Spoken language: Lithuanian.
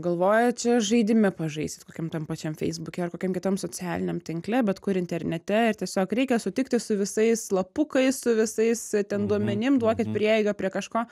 galvoja čia žaidime pažaist kokiam tam pačiam feisbuke ar kokiam kitam socialiniam tinkle bet kur internete ir tiesiog reikia sutikti su visais slapukais su visais ten duomenim duokit prieigą prie kažko